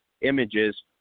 images